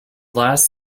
last